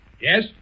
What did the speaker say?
Yes